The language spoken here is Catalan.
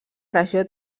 regió